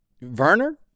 Verner